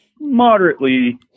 moderately